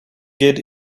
get